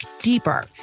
deeper